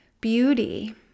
beauty